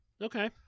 Okay